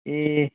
ए